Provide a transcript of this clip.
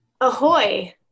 ahoy